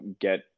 get